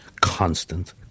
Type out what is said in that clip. constant